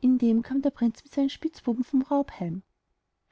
indem kam der prinz mit seinen spitzbuben vom raub heim